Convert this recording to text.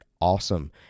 awesome